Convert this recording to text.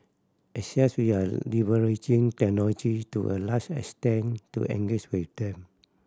as we are leveraging technology to a large extent to engage with them